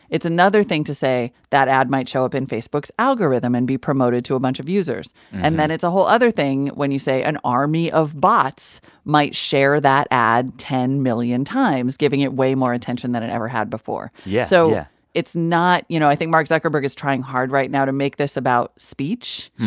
it's another thing to say that ad might show up in facebook's algorithm and be promoted to a bunch of users. and then it's a whole other thing when you say an army of bots might share that ad ten million times giving it way more attention than it ever had before yeah, yeah so yeah it's not you know, i think mark zuckerberg is trying hard right now to make this about speech.